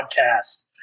podcast